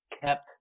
kept